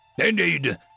Indeed